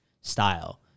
style